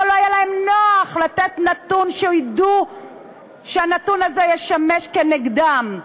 או שלא היה להם נוח לתת נתון שידעו שהנתון הזה ישמש כנגדם?